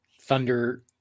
Thunder